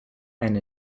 and